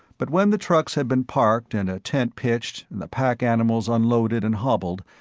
but when the trucks had been parked and a tent pitched and the pack animals unloaded and hobbled,